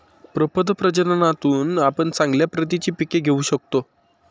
प्रपद प्रजननातून आपण चांगल्या प्रतीची पिके घेऊ शकतो